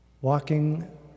walking